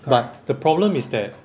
but the problem is that